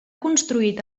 construït